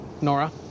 Nora